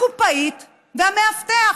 הקופאית והמאבטח.